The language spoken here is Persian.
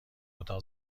اتاق